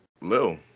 Lil